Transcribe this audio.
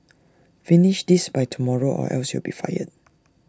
finish this by tomorrow or else you'll be fired